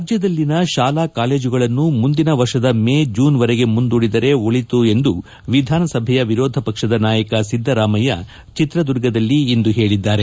ರಾಜ್ಯದಲ್ಲಿನ ಶಾಲಾ ಕಾಲೇಜುಗಳನ್ನು ಮುಂದಿನ ವರ್ಷದ ಮೇ ಜೂನ್ ವರೆಗೆ ಮುಂದೂಡಿದರೆ ಒಳಿತು ಎಂದು ವಿಧಾನಸಭೆ ವಿರೋಧ ಪಕ್ಷದ ನಾಯಕ ಸಿದ್ದರಾಮಯ್ಯ ಚಿತ್ರದುರ್ಗದಲ್ಲಿಂದು ಹೇಳಿದರು